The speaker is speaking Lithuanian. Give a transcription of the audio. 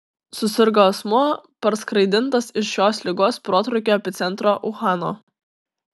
susirgo asmuo parskraidintas iš šios ligos protrūkio epicentro uhano